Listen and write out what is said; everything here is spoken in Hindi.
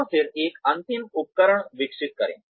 और फिर एक अंतिम उपकरण विकसित करें